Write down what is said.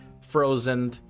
frozen